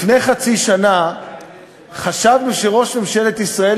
לפני חצי שנה חשבנו שראש ממשלת ישראל